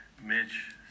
Mitch